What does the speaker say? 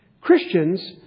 Christians